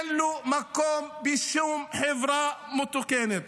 ואין לו מקום בשום חברה מתוקנת.